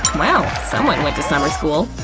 wow, someone went to summer school,